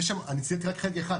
ואני ציטטתי רק חלק אחד,